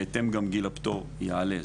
אז בהתאם גם גיל הפטור יעלה.